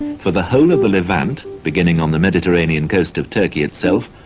for the whole of the levant, beginning on the mediterranean coast of turkey itself,